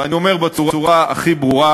ואני אומר בצורה הכי ברורה: